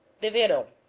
devido